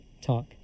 talk